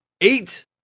Eight